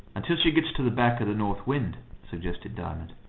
until she gets to the back of the north wind, suggested diamond.